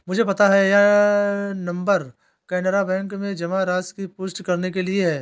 मुझे पता है यह नंबर कैनरा बैंक में जमा राशि की पुष्टि करने के लिए है